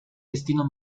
destino